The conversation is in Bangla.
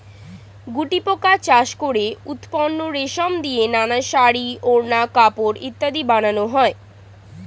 গুটিপোকা চাষ করে উৎপন্ন রেশম দিয়ে নানা শাড়ী, ওড়না, কাপড় ইত্যাদি বানানো হয়